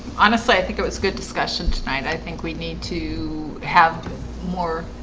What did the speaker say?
honestly, i think it was good discussion tonight, i think we need to have more